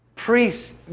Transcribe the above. Priests